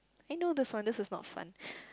I know this one this is not fun